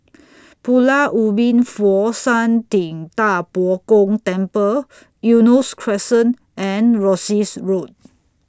Pulau Ubin Fo Shan Ting DA Bo Gong Temple Eunos Crescent and Rosyth Road